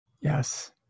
Yes